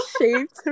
shaved